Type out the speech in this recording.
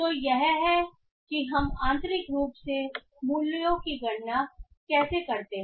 तो यह है कि हम आंतरिक रूप से मूल्यों की गणना कैसे करते हैं